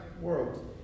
world